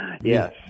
yes